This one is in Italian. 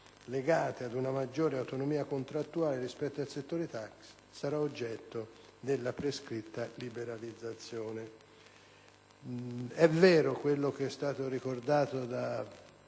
legate a una maggiore autonomia contrattuale rispetto al settore taxi, sarà oggetto della prescritta liberalizzazione. È vero quanto è stato ricordato da